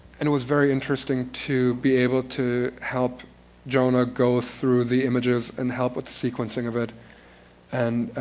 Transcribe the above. and it was very interesting to be able to help jonah go through the images and help with the sequencing of it and